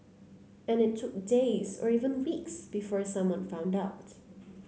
and it took days or even weeks before someone found out